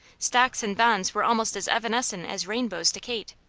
stocks and bonds were almost as evanescent as rainbows to kate.